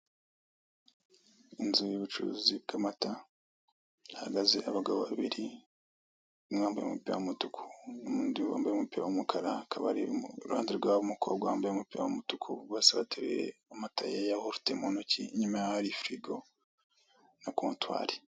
Inzu y'ubucuruzi bw'amata, hahagaze abagabo babiri, umwe wambaye umupira w'umutuku n'undi wambaye umupira w'umukara, akaba ari mu ruhande rw'aho umukobwa wambaye umupira w'umutuku, bose bateruye amata ya yahurute mu ntoki, inyuma yaho hari firigo na kontwari.